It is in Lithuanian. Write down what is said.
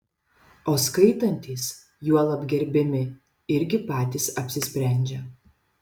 o skaitantys juolab gerbiami irgi patys apsisprendžia